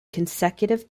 consecutive